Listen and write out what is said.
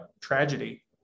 tragedy